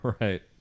Right